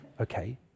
Okay